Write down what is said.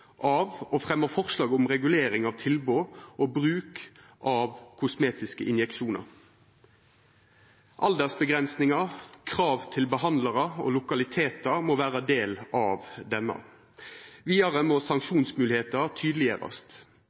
av og å fremja forslag om regulering av tilbod om og bruk av kosmetiske injeksjonar. Aldersavgrensingar og krav til behandlarar og lokalitetar må vera ein del av dette. Vidare må sanksjonsmoglegheiter tydeleggjerast.